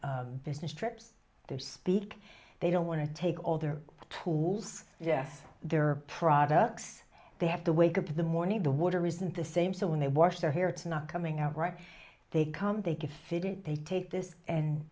on business trips to speak they don't want to take all their tools yes there are products they have to wake up to the morning the water isn't the same so when they wash their hair to not coming out right they come take a fitting they take this and